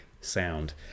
sound